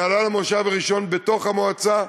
נהלל המושב הראשון בתוך המועצה.